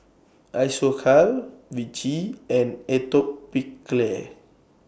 Isocal Vichy and Atopiclair